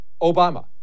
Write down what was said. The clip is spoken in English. obama